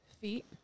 feet